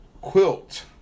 quilt